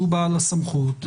שהוא בעל הסמכות,